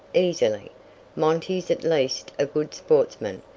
easily monty's at least a good sportsman.